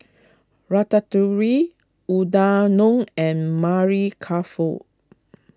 Ratatouire Udanon and Mari Kof